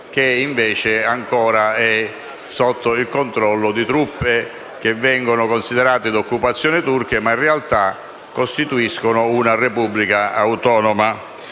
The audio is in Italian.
che invece è ancora sotto il controllo di truppe considerate d'occupazione turca ma che, in realtà, costituiscono una Repubblica autonoma.